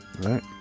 right